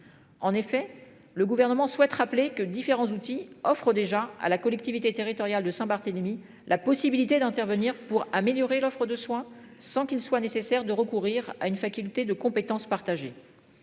En effet, le gouvernement souhaite rappeler que différents outils offre déjà à la collectivité territoriale de Saint-Barthélemy, la possibilité d'intervenir pour améliorer l'offre de soins sans qu'il soit nécessaire de recourir à une faculté de compétences partagées.